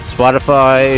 Spotify